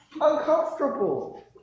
uncomfortable